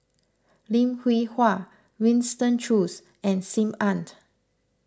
Lim Hwee Hua Winston Choos and Sim Annt